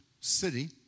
city